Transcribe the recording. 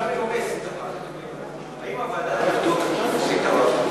לא דיברת על לוח זמנים.